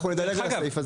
נדלג על הסעיף הזה.